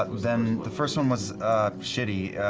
ah then the first one was shitty.